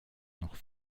noch